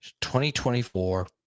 2024